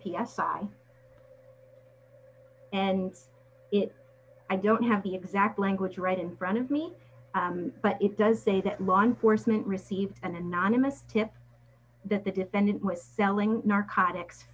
i and it i don't have the exact language right in front of me but it does say that law enforcement received an anonymous tip that the defendant was selling narcotics